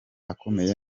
akomeye